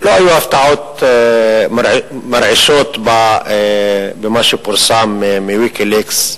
לא היו הפתעות מרעישות במה שפורסם ב"ויקיליקס".